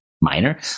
minor